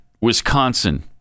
Wisconsin